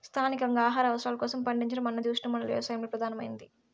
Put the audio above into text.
స్థానికంగా ఆహార అవసరాల కోసం పండించడం అన్నది ఉష్ణమండల వ్యవసాయంలో ప్రధానమైనది